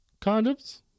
condoms